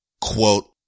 quote